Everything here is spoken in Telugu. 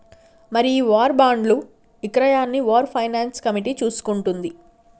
మరి ఈ వార్ బాండ్లు ఇక్రయాన్ని వార్ ఫైనాన్స్ కమిటీ చూసుకుంటుంది